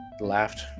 laughed